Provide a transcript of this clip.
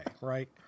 right